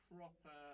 Proper